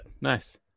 Nice